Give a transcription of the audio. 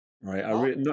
Right